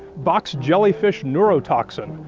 box jellyfish neurotoxin,